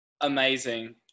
amazing